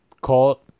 call